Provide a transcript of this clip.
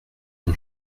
mon